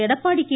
Edappadi K